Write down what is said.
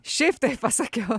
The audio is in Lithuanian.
šiaip taip pasakiau